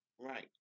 Right